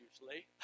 usually